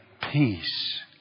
peace